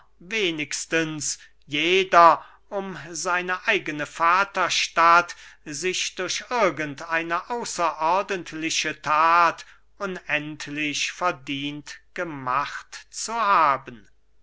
wenigstens jeder um seine eigene vaterstadt sich durch irgend eine außerordentliche that unendlich verdient gemacht zu haben